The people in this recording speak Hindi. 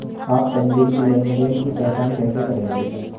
आप संदिग्ध लेनदेन की पहचान कैसे करेंगे?